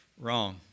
Wrong